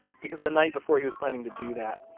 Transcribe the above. because the night before he was planning to do that,